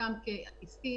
חלקם כעסקיים.